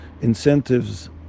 incentives